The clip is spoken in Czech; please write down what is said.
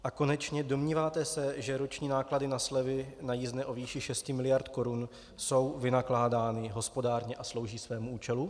A konečně, domníváte se, že roční náklady na slevy na jízdné o výši 6 miliard korun jsou vynakládány hospodárně a slouží svému účelu?